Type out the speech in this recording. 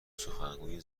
سخنگوی